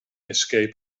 escape